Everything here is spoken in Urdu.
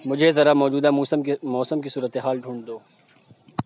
مجھے ذرا موجودہ موسم کے موسم کی صورت حال ڈھونڈ دو